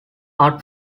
are